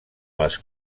les